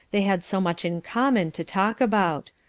they had so much in common to talk about.